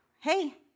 hey